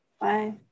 Bye